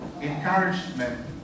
encouragement